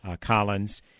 Collins